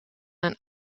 een